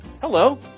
Hello